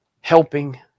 helping